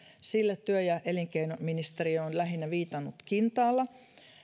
työ ja elinkeinoministeriö on lähinnä viitannut kintaalla